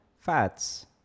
fats